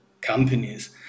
companies